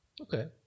okay